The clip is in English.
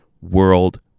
world